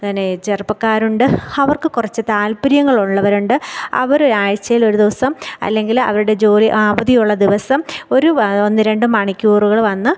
പിന്നെ ചെറുപ്പക്കാർ ഉണ്ട് അവർക്ക് കുറച്ച് താല്പര്യങ്ങൾ ഉള്ളവരുണ്ട് അവർ ഒരാഴ്ച്ചയിൽ ഒരു ദിവസം അല്ലെങ്കിൽ അവരുടെ ജോലി അവധിയുള്ള ദിവസം ഒരു ഒന്ന് രണ്ട് മണിക്കൂറുകൾ വന്ന്